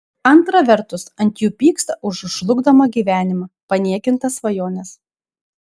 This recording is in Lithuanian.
antra vertus ant jų pyksta už žlugdomą gyvenimą paniekintas svajones